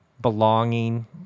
belonging